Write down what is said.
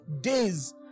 days